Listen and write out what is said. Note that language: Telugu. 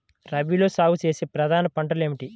రబీలో సాగు చేసే ప్రధాన పంటలు ఏమిటి?